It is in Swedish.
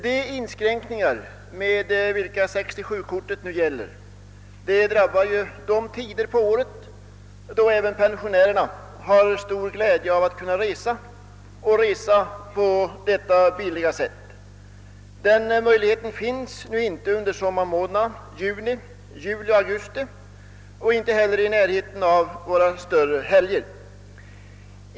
De inskränkningar med vilka 67 kortet nu gäller drabbar de tider på året då även pensionärerna har stor glädje av att kunna resa, särskilt om det kunde ske på detta billiga sätt. Den möjligheten finns nu inte under sommarmånaderna juni, juli och augusti och inte heller i närheten av våra större helger.